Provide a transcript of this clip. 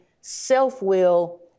self-will